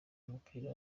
w’umupira